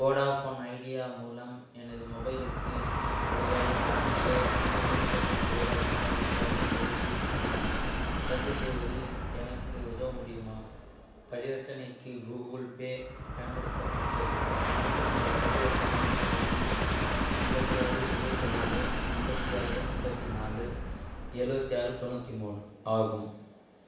Vodafone Idea மூலம் எனது மொபைலுக்கு ரூபாய் ஐயாயிரத்தி நூற்றி முப்பத்தி ஒம்பது ரூபாய்க்கான ரீசார்ஜை செய்து ரத்து செய்வதில் எனக்கு உதவ முடியுமா பரிவர்த்தனைக்கு கூகுள் பே பயன்படுத்தப்பட்டது மேலும் எனது பரிவர்த்தனை ஐடி ஐம்பத்தி ஆறு எழுவத்தி நாலு ஐம்பத்தி ஆறு ஐம்பத்தி நாலு எழுவத்தி ஆறு தொண்ணூற்றி மூணு ஆகும்